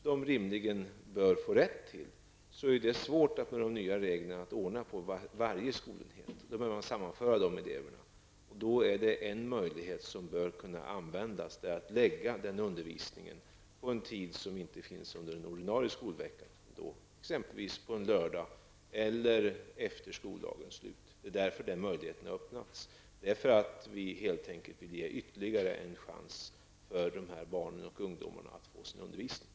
Det är svårt att med de nya reglerna ordna undervisningen på var och en av dessa enheter och eleverna bör då kunna sammanföras. En möjlighet som då bör kunna användas är att förlägga den undervisningen på en tid som inte omfattas av den ordinarie skolveckan, exempelvis på lördagar eller efter skoldagens slut. Det är därför vi har öppnat denna möjlighet. Vi vill helt enkelt ge dessa barn och ungdomar ytterligare en chans att få sin undervisning.